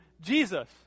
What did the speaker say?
Jesus